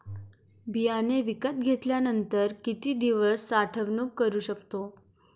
बियाणे विकत घेतल्यानंतर किती दिवस साठवणूक करू शकतो?